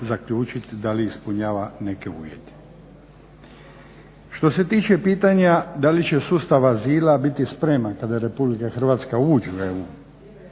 zaključit da li ispunjava neke uvjete. Što se tiče pitanja da li će sustav azila biti spreman kada Republici Hrvatska uđe u EU,